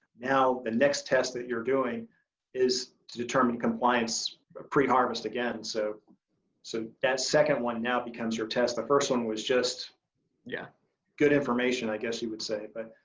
now the next test that you're doing is to determine compliance pre-harvest again. so so that second one now becomes your test. the first one was just yeah good information, i guess you would say. but